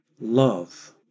love